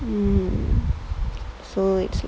mmhmm so